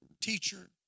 teacher